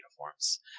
uniforms